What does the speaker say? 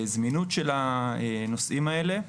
זמינות של הנושאים האלה.